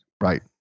Right